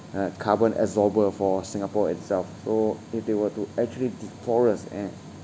uh carbon absorber for singapore itself so if they were to actually deforest and